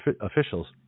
officials